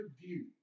view